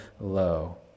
low